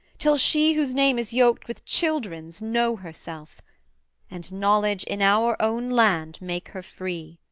till she whose name is yoked with children's, know herself and knowledge in our own land make her free,